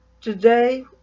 Today